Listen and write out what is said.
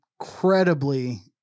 incredibly